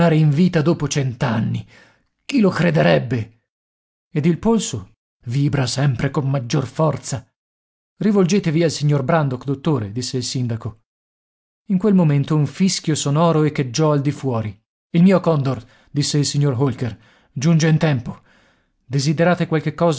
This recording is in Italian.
in vita dopo cent'anni chi lo crederebbe ed il polso vibra sempre con maggior forza rivolgetevi al signor brandok dottore disse il sindaco in quel momento un fischio sonoro echeggiò al di fuori il mio condor disse il signor holker giunge in tempo desiderate qualche